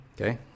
Okay